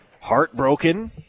heartbroken